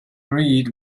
read